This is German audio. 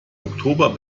oktober